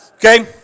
Okay